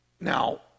Now